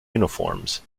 uniforms